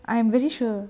I am very sure